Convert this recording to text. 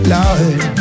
Lord